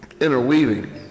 interweaving